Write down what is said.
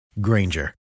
Granger